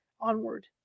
onward